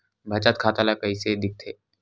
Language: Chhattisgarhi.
बचत खाता ला कइसे दिखथे?